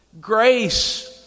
Grace